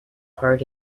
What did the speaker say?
hard